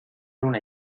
una